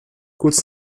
kurz